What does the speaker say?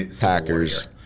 Packers